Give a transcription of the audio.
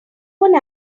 one